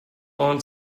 aunt